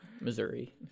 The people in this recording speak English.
Missouri